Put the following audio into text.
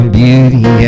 beauty